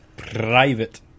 Private